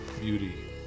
beauty